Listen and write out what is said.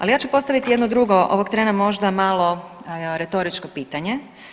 Ali ja ću postaviti jedno drugo, ovog trena možda malo retoričko pitanje.